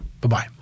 Bye-bye